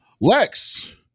Lex